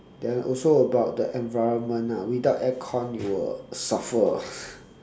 then also about the environment ah without air con you will suffer